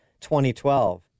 2012